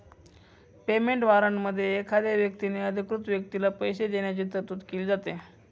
payment वॉरंटमध्ये एखाद्या व्यक्तीने अधिकृत व्यक्तीला पैसे देण्याची तरतूद केली जाते